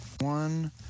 One